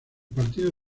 partido